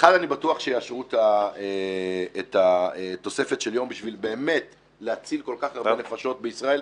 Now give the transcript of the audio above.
אני בטוח שיאשרו תוספת של יום בשביל להציל כל כך הרבה נפשות בישראל.